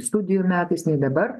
studijų metais nei dabar